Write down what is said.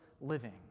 living